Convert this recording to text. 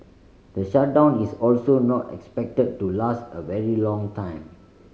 the shutdown is also not expected to last a very long time